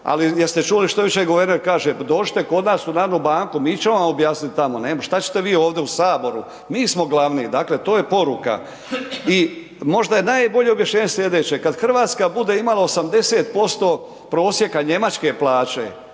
ali jeste čuli što jučer guverner kaže, dođite kod nas u Narodnu banku, mi ćemo vam objasnit tamo, šta ćete vid ovdje u Saboru, mi smo glavni, dakle to je poruka. I možda je najbolje objašnjenje slijedeće, kad Hrvatska bude imala 80% prosjeka njemačke plaće